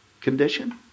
condition